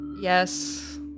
Yes